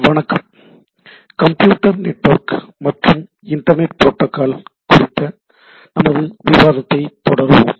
வணக்கம் computer network மற்றும் internet protocol குறித்த நமது விவாதத்தைத் தொடருவோம்